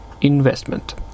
investment